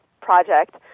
project